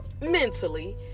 mentally